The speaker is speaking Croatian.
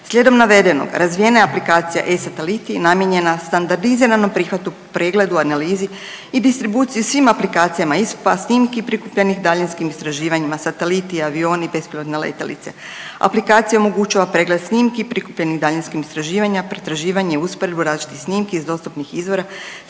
Slijedom navedenog razvijena je aplikacija e-sateliti i namijenjena standardiziranom prihvatu, pregledu, analizi i distribuciji svim aplikacijama i snimki prikupljenih daljinskim istraživanjem sateliti, avioni, bespilotne letjelice. Aplikacija omogućava pregled snimki i prikupljenih daljinskih istraživanja, pretraživanje i usporedbu različitih snimki iz dostupnih izvora